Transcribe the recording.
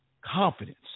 confidence